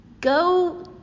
go